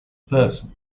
person